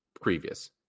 previous